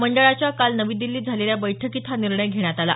मंडळाच्या काल नवी दिल्लीत झालेल्या बैठकीत हा निर्णय घेण्यात आला